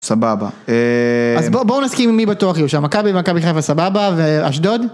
סבבה, אז בואו נסכים עם מי בטוח יהיו שם מכבי ומכבי חיפה סבבה ואשדוד.